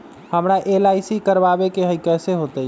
हमरा एल.आई.सी करवावे के हई कैसे होतई?